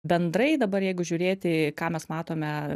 bendrai dabar jeigu žiūrėti ką mes matome